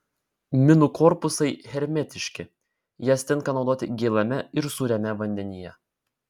minų korpusai hermetiški jas tinka naudoti gėlame ir sūriame vandenyje